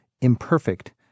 imperfect